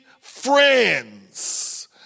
friends